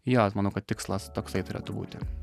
jo manau kad tikslas toksai turėtų būti